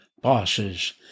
bosses